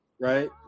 right